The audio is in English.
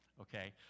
okay